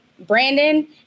Brandon